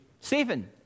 Stephen